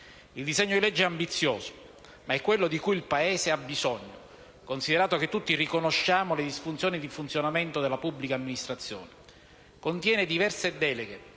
Il disegno di legge è ambizioso, ma è quello di cui il Paese ha bisogno considerato che tutti riconosciamo le disfunzioni di funzionamento della pubblica amministrazione. Contiene diverse deleghe